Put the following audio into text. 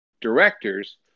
directors